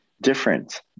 different